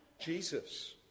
Jesus